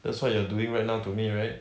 that's what you're doing right now to me right